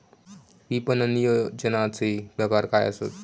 विपणन नियोजनाचे प्रकार काय आसत?